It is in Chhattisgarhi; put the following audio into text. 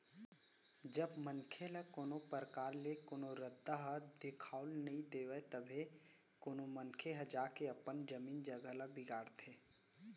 जब मनसे ल कोनो परकार ले कोनो रद्दा ह दिखाउल नइ देवय तभे कोनो मनसे ह जाके अपन जमीन जघा ल बिगाड़थे